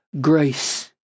grace